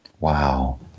Wow